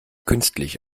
künstlich